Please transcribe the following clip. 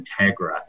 integra